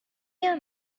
hear